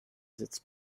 sitzt